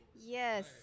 Yes